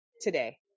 today